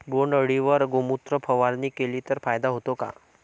बोंडअळीवर गोमूत्र फवारणी केली तर फायदा होतो का?